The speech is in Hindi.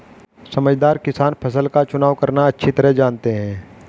समझदार किसान फसल का चुनाव करना अच्छी तरह जानते हैं